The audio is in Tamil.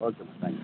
ஓகேம்மா தேங்க் யூ